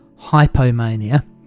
hypomania